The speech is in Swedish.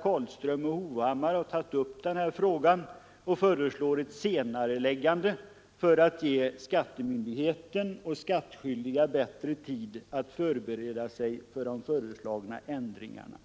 Carlström och Hovhammar har tagit upp den här frågan och föreslår ett senareläggande för att ge skattemyndigheten och de skattskyldiga bättre tid att förbereda sig för de föreslagna ändringarna.